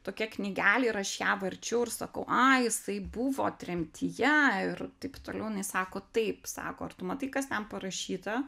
tokia knygelė ir aš ją varčiau ir sakau a jisai buvo tremtyje ir taip toliau jinai sako taip sako ar tu matai kas ten parašyta